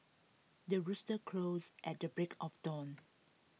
the rooster crows at the break of dawn